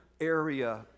area